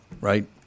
Right